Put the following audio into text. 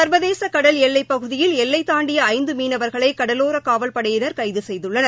சா்வதேச கடல் எல்லைப்பகுதியில் எல்லை தாண்டிய ஐந்து மீனவர்களை கடலோரக் காவல்படையினர் கைது செய்துள்ளனர்